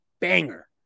banger